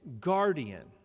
guardian